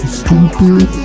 stupid